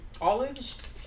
olives